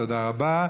תודה רבה.